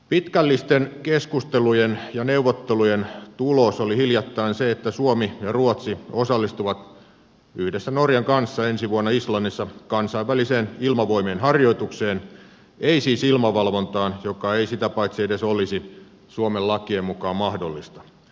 pitkällisten keskustelujen ja neuvottelujen tulos oli hiljattain se että suomi ja ruotsi osallistuvat yhdessä norjan kanssa ensi vuonna islannissa kansainväliseen ilmavoimien harjoitukseen eivät siis ilmavalvontaan joka ei sitä paitsi edes olisi suomen lakien mukaan mahdollista